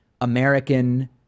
american